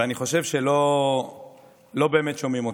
ואני חושב שלא באמת שומעים אותם.